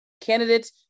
Candidates